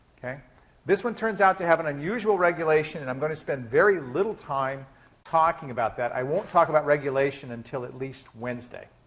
this one turns out to have an unusual regulation and i'm going to spend very little time talking about that. i won't talk about regulation until at least wednesday.